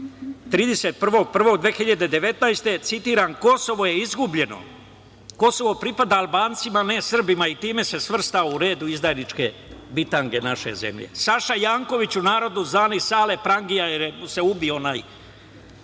godine, citiram, "Kosovo je izgubljeno. Kosovo pripada Albancima, a ne Srbima." Time se svrstao u red izdajničke bitange naše zemlje. Saša Janković, u narodu zvani Sale prangija, prangija jer se ubio onaj